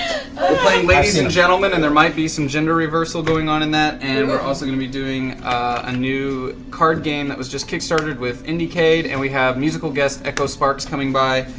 like and gentlemen, and there might be some gender reversal going on in that, and we're also going to be doing a new card game that was just kickstarted with indicade, and we have musical guest echo sparks coming by,